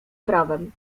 prawem